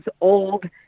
old